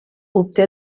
obté